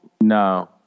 No